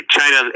China